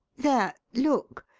there! look!